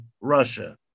Russia